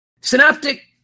Synaptic